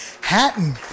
Hatton